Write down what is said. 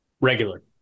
Regular